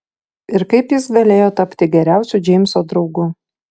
ir kaip jis galėjo tapti geriausiu džeimso draugu